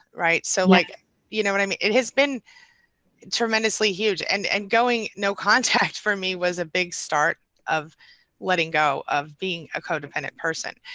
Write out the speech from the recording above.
right. so. like you know what i mean, it has been tremendously huge and and going no contact for me was a big start of letting go of being a codependent person.